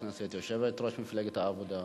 חברת הכנסת יושבת-ראש מפלגת העבודה.